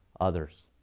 others